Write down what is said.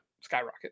Skyrocket